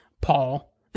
Paul